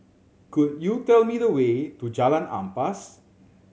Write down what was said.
could you tell me the way to Jalan Ampas